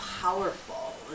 powerful